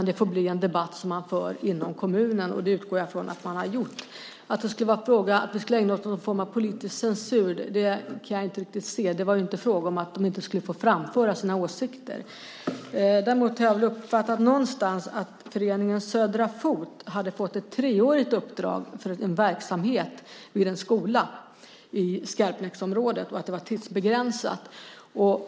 Det får bli en debatt som man för inom kommunen, och det utgår jag från att man har gjort. Jag kan inte riktigt se att vi skulle ägna oss åt någon form av politisk censur. Det var ju inte fråga om att föreningen inte skulle få framföra sina åsikter. Däremot har jag någonstans uppfattat att föreningen Södra Fot hade fått ett treårigt uppdrag för en verksamhet vid en skola i Skarpnäcksområdet. Det var alltså tidsbegränsat.